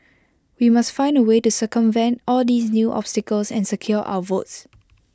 we must find A way to circumvent all these new obstacles and secure our votes